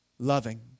Loving